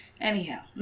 Anyhow